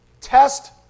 test